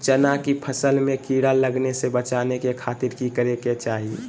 चना की फसल में कीड़ा लगने से बचाने के खातिर की करे के चाही?